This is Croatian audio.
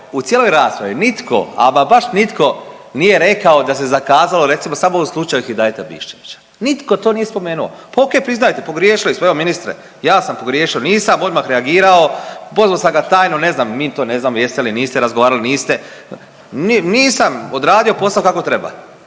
u cijeloj raspravi nitko, ama baš nitko nije rekao da se zakazalo recimo samo u slučaju Hidajeta Biščevića, nitko to nije spomenuo. Pa ok priznajte pogriješili smo, evo ministre ja sam pogriješio, nisam odmah reagirao, pozvao sam ga tajno ne znam, mi to ne znamo jeste li, niste razgovarali, niste, nisam odradio posao kako treba.